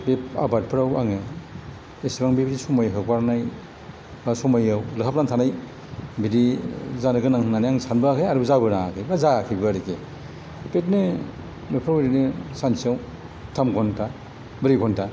बे आबादफोराव आङो एसेबां बेबायदि समाय हगारनाय बा समायाव लोहाबनानै थानाय बिदि जानो गोनां होननानै आं सानबोआखै आरो जाबोनाङाखै बा जायाखैबो आरोकि बेबायदिनो बेफोराव ओरैनो सानसेयाव थाम घन्टा ब्रै घन्टा